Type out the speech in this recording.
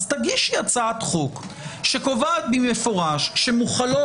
אז תגישי הצעת חוק שקובעת מפורשות שמוחלות